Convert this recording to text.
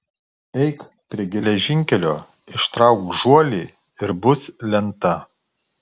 eik prie geležinkelio ištrauk žuolį ir bus lenta